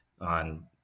on